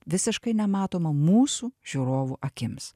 visiškai nematomą mūsų žiūrovų akims